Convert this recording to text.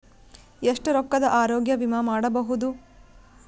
ಎಷ್ಟ ರೊಕ್ಕದ ಆರೋಗ್ಯ ವಿಮಾ ಮಾಡಬಹುದು?